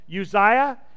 Uzziah